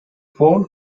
phone